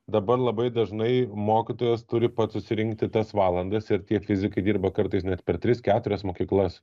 dabar labai dažnai mokytojas turi pats susirinkti tas valandas ir tie fizikai dirba kartais net per tris keturias mokyklas